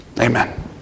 Amen